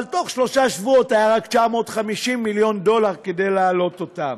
אבל בתוך שלושה שבועות היו רק 950 מיליון דולר כדי להעלות אותם.